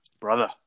brother